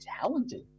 talented